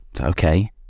okay